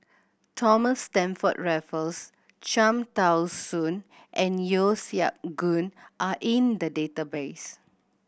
Thomas Stamford Raffles Cham Tao Soon and Yeo Siak Goon are in the database